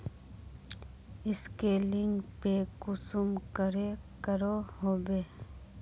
Scanning पे कुंसम करे करो होबे?